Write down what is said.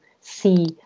see